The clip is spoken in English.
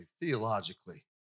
theologically